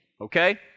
okay